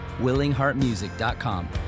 willingheartmusic.com